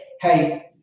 hey